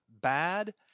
bad